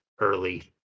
early